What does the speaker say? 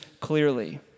clearly